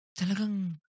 talagang